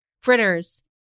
fritters